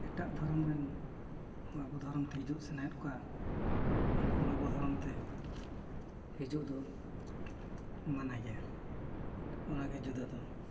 ᱮᱴᱟᱜ ᱫᱷᱚᱨᱚᱢ ᱨᱮᱱ ᱦᱚᱸ ᱟᱵᱚ ᱫᱷᱚᱨᱚᱢ ᱛᱮ ᱦᱤᱡᱩᱜ ᱥᱟᱱᱟᱭᱮᱫ ᱠᱚᱣᱟ ᱩᱱᱠᱩ ᱦᱚᱸ ᱟᱵᱚ ᱫᱷᱚᱨᱚᱢ ᱛᱮ ᱦᱤᱡᱩᱜ ᱫᱚ ᱢᱟᱱᱟ ᱜᱮᱭᱟ ᱚᱱᱟ ᱜᱮ ᱡᱩᱫᱟᱹ ᱫᱚ